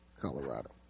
colorado